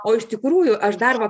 o iš tikrųjų aš dar va